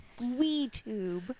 WeTube